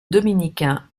dominicain